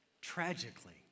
Tragically